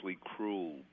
cruel